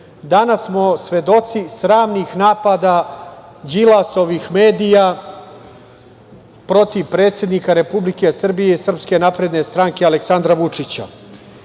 danas smo svedoci sramnih napada Đilasovih medija protiv predsednika Republike Srbije i SNS Aleksandra Vučića.